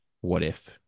what-if